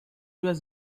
was